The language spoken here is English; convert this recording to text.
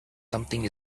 something